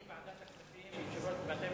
אני בוועדת הכספים היושב-ראש ואתם